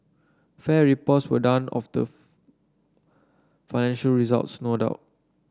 fair reports were done of the financial results no doubt